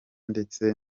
ndetse